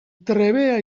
trebea